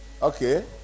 okay